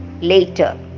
later